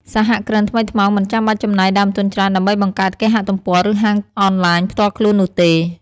សហគ្រិនថ្មីថ្មោងមិនចាំបាច់ចំណាយដើមទុនច្រើនដើម្បីបង្កើតគេហទំព័រ ឬហាងអនឡាញផ្ទាល់ខ្លួននោះទេ។